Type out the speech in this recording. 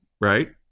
right